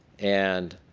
and